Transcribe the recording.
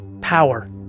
power